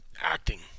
acting